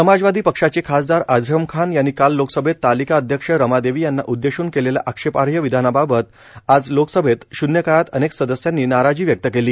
समाजवादी पक्षाचे खासदार आझम खान यांनी काल लोकसभेत तालिका अध्यक्ष रमादेवी यांना उददेशून केलेल्या आक्षेपार्ह विधानाबाबत आज लोकसभेत शून्य काळात अनेक सदस्यांनी नाराजी व्यक्त केली